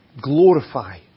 glorify